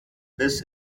bis